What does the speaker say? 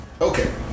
Okay